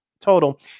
total